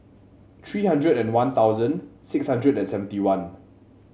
tree hundred and One Thousand six hundred and seventy one